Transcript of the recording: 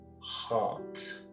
heart